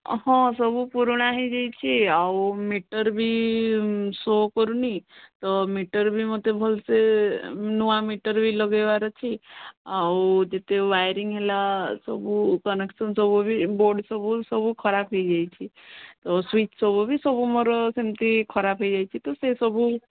ହଁ ସବୁ ପୁରୁଣା ହୋଇଯାଇଛି ଆଉ ମିଟର୍ ବି ସୋ କରୁନି ତ ମିଟର୍ ବି ମତେ ଭଲସେ ନୂଆ ମିଟର୍ ବି ଲଗେଇବାର ଅଛି ଆଉ ଯେତେ ୱାୟାରିଂ ହେଲା ସବୁ କନେକ୍ସନ୍ ସବୁ ବି ବୋର୍ଡ୍ ସବୁ ସବୁ ଖରାପ ହୋଇଯାଇଛି ତ ସୁଇଚ୍ ସବୁ ବି ସବୁ ମୋର ସେମିତି ଖରାପ ହୋଇଯାଇଛି ତ ସେ ସବୁ